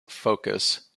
focus